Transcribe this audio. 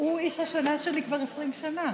הוא איש השנה שלי כבר 20 שנים.